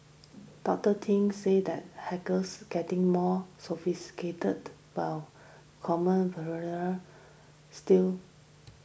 Doctor Ting said that hackers getting more sophisticated while common still